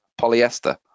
polyester